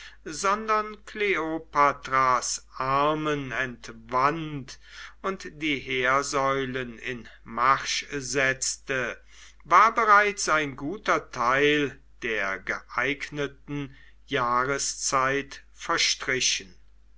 sondern kleopatras armen entwand und die heersäulen in marsch setzte war bereits ein guter teil der geeigneten jahreszeit verstrichen